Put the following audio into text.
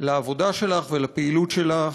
על העבודה שלך ועל הפעילות שלך,